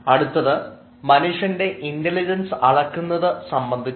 അടുത്തത് മനുഷ്യൻറെ ഇൻറലിജൻസ് അളക്കുന്നത് സംബന്ധിച്ചാണ്